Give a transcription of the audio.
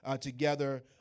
together